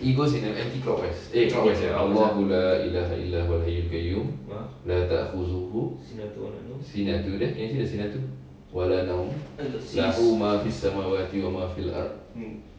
it goes in a anti clockwise eh clockwise can you see the